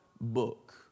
book